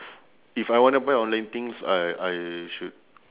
if I wanna buy online things I I should